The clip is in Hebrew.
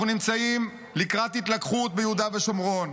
אנחנו נמצאים לקראת התלקחות ביהודה ושומרון,